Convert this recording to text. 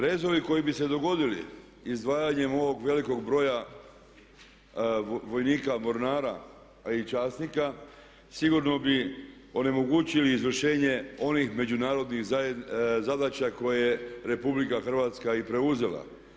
Rezovi koji bi se dogodili izdvajanjem ovog velikog broja vojnika, mornara a i časnika sigurno bi onemogućili onih međunarodnih zadaća koje je RH i preuzela.